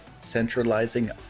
centralizing